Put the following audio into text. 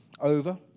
over